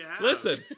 listen